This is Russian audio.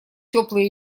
теплые